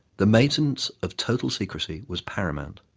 the maintenance of total secrecy was paramount.